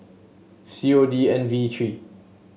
C O D N V three